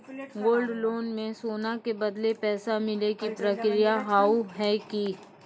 Gold loan मे सोना के बदले पैसा मिले के प्रक्रिया हाव है की?